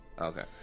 Okay